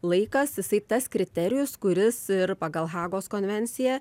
laikas jisai tas kriterijus kuris ir pagal hagos konvenciją